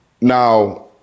now